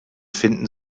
finden